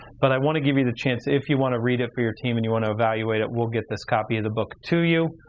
but i wanna give you the chance if you wanna read it for your team and you wanna evaluate it, we'll get this copy of the book to you,